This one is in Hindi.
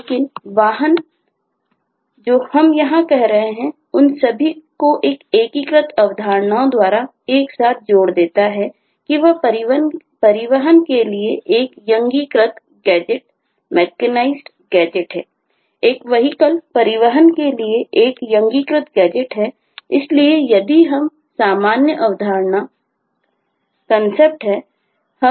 लेकिन वाहन व्हीकल है